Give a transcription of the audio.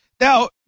Now